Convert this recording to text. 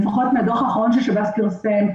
לפחות מהדוח האחרון ששב"ס פרסם,